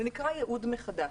זה נקרא ייעוד מחדש.